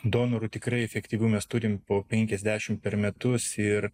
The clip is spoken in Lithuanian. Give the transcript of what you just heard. donorų tikrai efektyvių mes turim po penkiasdešimt per metus ir